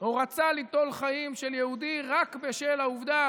או רצה ליטול חיים של יהודי רק בשל העובדה